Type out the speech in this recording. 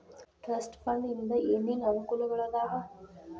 trust fund ಇಂದ ಏನೇನ್ ಅನುಕೂಲಗಳಾದವ